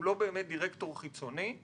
הוא לא באמת דירקטור חיצוני,